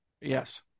Yes